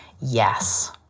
yes